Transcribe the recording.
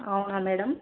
అవునా మేడం